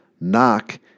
Knock